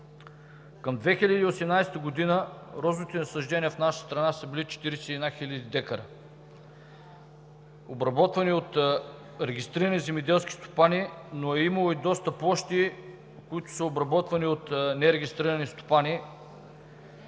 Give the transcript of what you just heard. Към 2018 г. розовите насаждения в нашата страна са били 41 хил. декара, обработвани от регистрирани земеделски стопани, но е имало и доста площи, които са обработвани от нерегистрирани стопани.